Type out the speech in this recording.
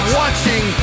watching